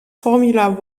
formula